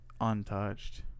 Untouched